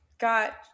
got